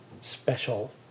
special